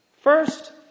First